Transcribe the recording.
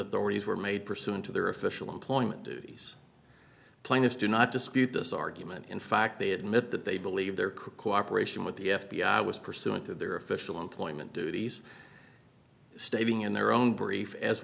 authorities were made pursuant to their official employment duties plaintiff do not dispute this argument in fact they admit that they believe their cooperation with the f b i was pursuing their official employment duties stating in their own brief as